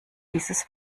dieses